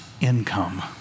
income